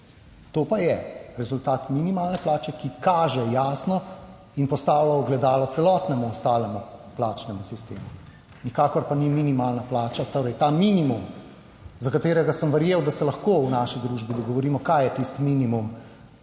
To pa je rezultat minimalne plače, ki kaže jasno in postavlja ogledalo celotnemu ostalemu plačnemu sistemu. Nikakor pa ni minimalna plača, torej ta minimum, za katerega sem verjel, da se lahko v naši družbi dogovorimo kaj je tisti minimum